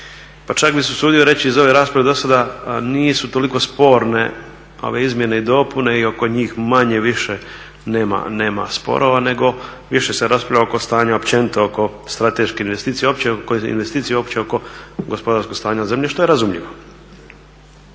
Pa čak bih se usudio reći iz ove rasprave do sada nisu toliko sporne ove izmjene i dopune i oko njih manje-više nema sporova nego više se raspravlja oko stanja općenito, oko strateških investicija, uopće oko investicija, uopće oko gospodarskog stanja zemlje šta je razumljivo.